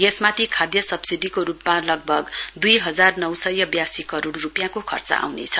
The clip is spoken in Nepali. यसमाथि खाध सब्सिडीको रूपमा लगभग दुई हजार नौ सय बयासी करोइ रूपियाँको खर्च आउनेछ